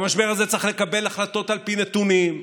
במשבר הזה צריך לקבל החלטות על פי נתונים.